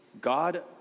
God